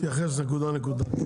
תתייחס נקודה נקודה.